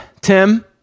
Tim